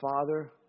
Father